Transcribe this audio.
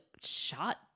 shot